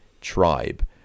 tribe